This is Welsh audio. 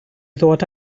ddod